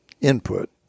input